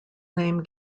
name